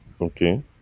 Okay